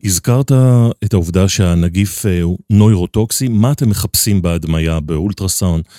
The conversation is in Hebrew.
הזכרת את העובדה שהנגיף הוא נוירוטוקסי, מה אתם מחפשים בהדמיה באולטרסאונד?